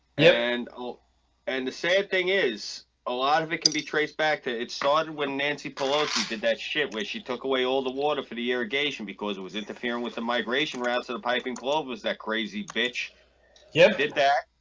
and ah and the same thing is a lot of it can be traced back to it started when nancy pelosi did that shit wish she took away all the water for the irrigation because it was interfering with the migration wrap so the piping club was that crazy bitch yeah, did that?